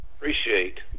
appreciate